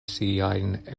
siajn